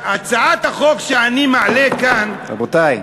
אז הצעת החוק שאני מעלה כאן, רבותי.